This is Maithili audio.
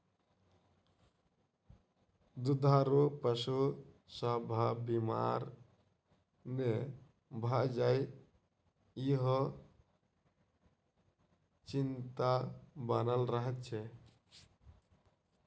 दूधारू पशु सभ बीमार नै भ जाय, ईहो चिंता बनल रहैत छै